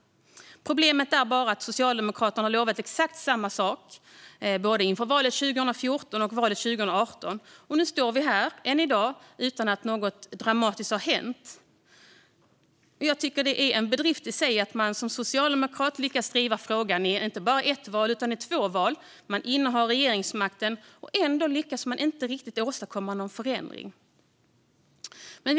Problemet är bara att Socialdemokraterna lovade exakt samma sak inför både valet 2014 och valet 2018. Nu står vi här, än i dag, utan att något dramatiskt har hänt. Jag tycker att det är en bedrift i sig att Socialdemokraterna lyckas driva frågan inför inte bara ett val utan två val och sedan ändå inte riktigt lyckas åstadkomma någon förändring trots att de innehar regeringsmakten.